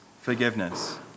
forgiveness